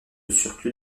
surplus